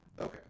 okay